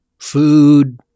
food